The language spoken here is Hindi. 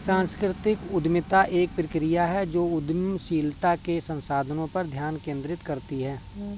सांस्कृतिक उद्यमिता एक प्रक्रिया है जो उद्यमशीलता के संसाधनों पर ध्यान केंद्रित करती है